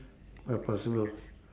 uh possible